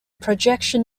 projection